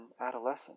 adolescent